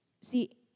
See